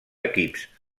equips